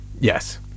yes